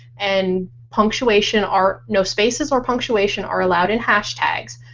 and punctuation are. no spaces or punctuation are allowed in hashtags.